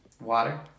Water